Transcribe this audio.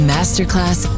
Masterclass